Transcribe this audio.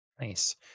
Nice